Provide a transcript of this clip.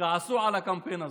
כעסו על הקמפיין הזה.